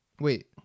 wait